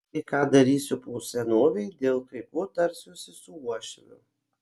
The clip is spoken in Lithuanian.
kai ką darysiu po senovei dėl kai ko tarsiuosi su uošviu